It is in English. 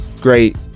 great